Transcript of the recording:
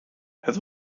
het